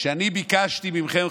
אני ביקשתי מכם,